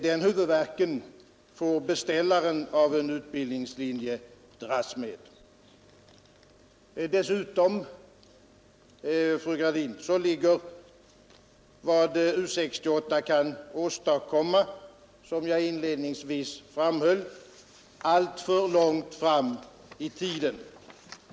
Den huvudvärken får beställaren av en utbildningslinje dras med. Vad U 68 kan åstadkomma, fru Gradin, ligger dessutom, som jag inledningsvis framhöll i mitt förra anförande, alltför långt fram i tiden.